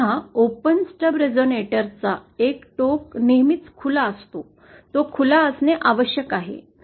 पहा open stub resonator चा एक टोक नेहमीच खुला असतो तो खुला असणे आवश्यक आहे